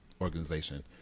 organization